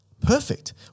Perfect